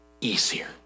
easier